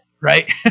right